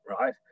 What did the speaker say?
right